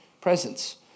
presence